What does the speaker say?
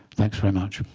thanks very much.